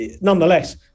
nonetheless